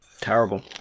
Terrible